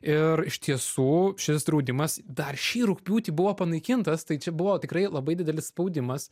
ir iš tiesų šis draudimas dar šį rugpjūtį buvo panaikintas tai čia buvo tikrai labai didelis spaudimas